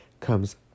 comes